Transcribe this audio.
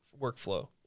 workflow